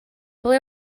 ble